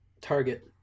target